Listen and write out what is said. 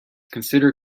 consider